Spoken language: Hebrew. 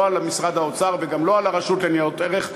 על משרד האוצר וגם לא על הרשות לניירות ערך,